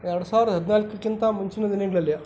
ಎರಡು ಸಾವಿರದ ಹದಿನಾಲ್ಕಕ್ಕಿಂತ ಮುಂಚಿನ ದಿನಗಳಲ್ಲಿ